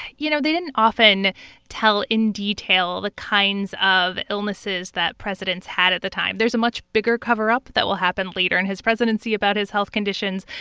you know they didn't often tell in detail the kinds of illnesses that presidents had at the time. there's a much bigger cover-up that will happen later in his presidency about his health conditions.